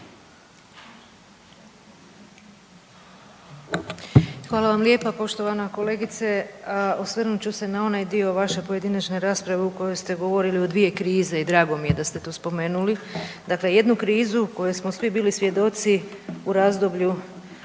Hvala vam lijepa. Poštovana kolegice osvrnut ću se na onaj dio vaše pojedinačne rasprave u kojoj ste govorili o dvije krize i drago m i je da ste to spomenuli. Dakle, jednu krizu kojoj smo svi bili svjedoci u razdoblju